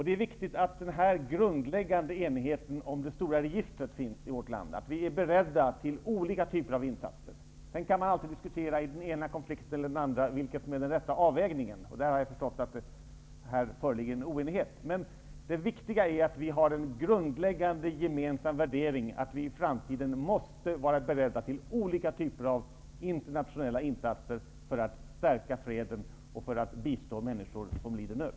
Det är viktigt att den här grundläggande enigheten om det stora registret finns i vårt land, att vi är beredda till olika typer av insatser. Sedan kan man alltid i den ena konflikten eller den andra diskutera vilken som är den rätta avvägningen, och jag har förstått att det på den punkten föreligger en oenighet. Det viktiga är ändå att vi har en grundläggande gemensam värdering om att vi i framtiden måste vara beredda till olika typer av internationella insatser för att stärka freden och för att bistå människor som lider nöd.